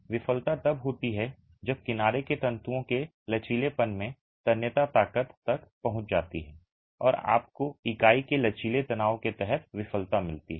विफलता तब होती है जब किनारे के तंतुओं के लचीलेपन में तन्यता ताकत तक पहुंच जाती है और आपको इकाई के लचीले तनाव के तहत विफलता मिलती है